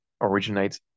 originates